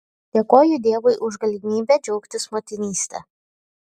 dėkoju dievui už galimybę džiaugtis motinyste